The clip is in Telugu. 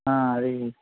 అది